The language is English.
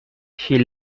she